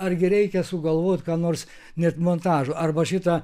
argi reikia sugalvot ką nors net montažo arba šita